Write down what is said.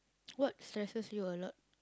what stresses you a lot